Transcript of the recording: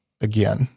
again